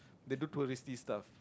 they do tourist stuff